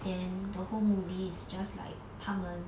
then the whole movie is just like 他们